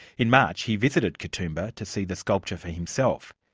in march he visited katoomba to see the sculpture for himself.